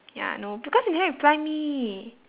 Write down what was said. ya no because you never reply me